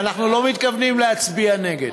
ואנחנו לא מתכוונים להצביע נגד.